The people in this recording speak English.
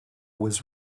was